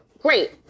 great